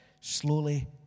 Slowly